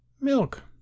milk